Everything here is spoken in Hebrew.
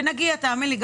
תאמין לי,